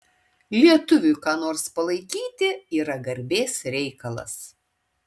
lietuviui ką nors palaikyti yra garbės reikalas